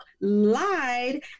lied